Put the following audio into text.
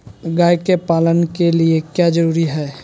गाय के पालन के लिए क्या जरूरी है?